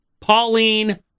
Pauline